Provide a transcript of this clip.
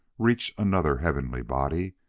reach another heavenly body,